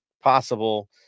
possible